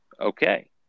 Okay